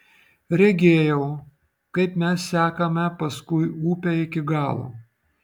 regėjau kaip mes sekame paskui upę iki galo